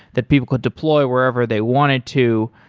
that people could deploy wherever they wanted to.